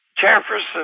Jefferson